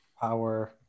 power